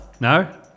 No